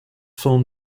film